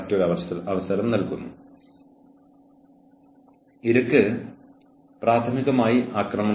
അതിനാൽ അച്ചടക്ക നടപടി ഉടനടി എടുക്കില്ലെന്ന് ജീവനക്കാരൻ അറിഞ്ഞിരിക്കണം